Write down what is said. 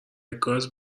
گاز